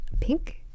Pink